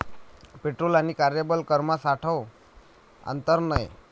petrol आणि कार्यबल करमा सावठं आंतर नै